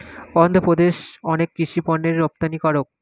অন্ধ্রপ্রদেশ অনেক কৃষি পণ্যের রপ্তানিকারক